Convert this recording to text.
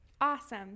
awesome